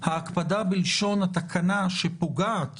ההקפדה בלשון התקנה שפוגעת